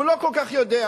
והוא לא כל כך יודע.